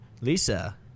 Lisa